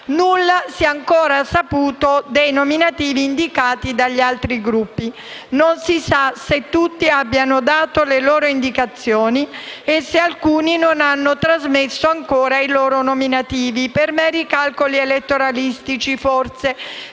Nulla si è ancora saputo dei nominativi indicati dagli altri Gruppi. Non si sa se tutti abbiano dato le loro indicazioni e se alcuni ancora non hanno trasmesso l'indicazione dei nominativi forse per meri calcoli elettoralistici, legati